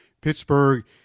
Pittsburgh